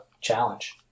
challenge